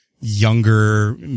younger